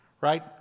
right